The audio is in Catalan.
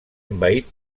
envaït